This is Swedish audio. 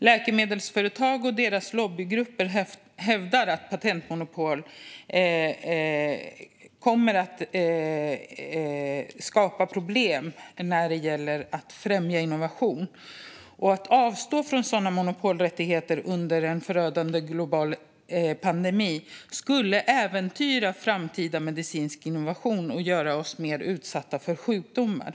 Läkemedelsföretag och deras lobbygrupper hävdar att det skulle skapa problem när det gäller att främja innovation om man avstår från sådana monopolrättigheter under en förödande global pandemi och att det skulle äventyra framtida medicinsk innovation och göra oss mer utsatta för sjukdomar.